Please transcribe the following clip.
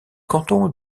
canton